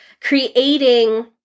creating